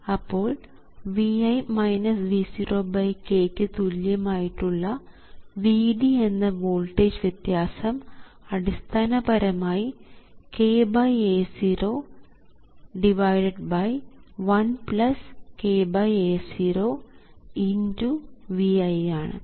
അപ്പോൾ Vi V0k ക്ക് തുല്യം ആയിട്ടുള്ള Vd എന്ന വോൾട്ടേജ് വ്യത്യാസം അടിസ്ഥാനപരമായി kA0 1kA0 x Vi ആണ്